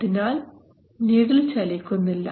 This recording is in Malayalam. അതിനാൽ നീഡിൽ ചലിക്കുന്നില്ല